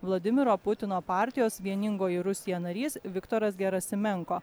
vladimiro putino partijos vieningoji rusija narys viktoras gerasimenko